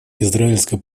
израильско